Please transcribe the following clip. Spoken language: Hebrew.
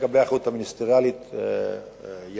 לגבי האחריות המיניסטריאלית יענה,